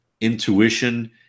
intuition